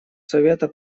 совета